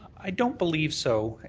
i don't believe so.